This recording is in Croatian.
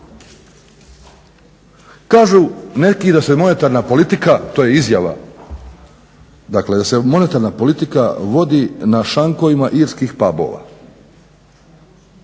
Kažu neki da se monetarna politika, to je izjava, da se monetarna politika vodi na šankovima irskih pubova.